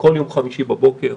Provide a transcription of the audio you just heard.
הבנתי.